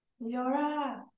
Yora